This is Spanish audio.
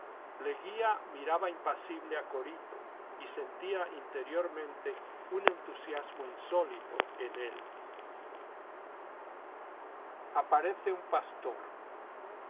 leguía miraba impasible a corito y sentía interiormente un entusiasmo insólito en él aparece un pastor